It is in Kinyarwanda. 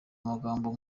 amagambo